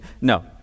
No